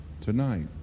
tonight